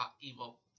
evil